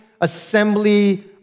assembly